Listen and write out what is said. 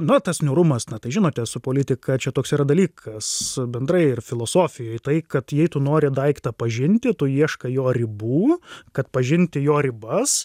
no tas niūrumas na tai žinote su politika čia toks yra dalykas bendrai ir filosofijoj tai kad jei tu nori daiktą pažinti tu ieškai jo ribų kad pažinti jo ribas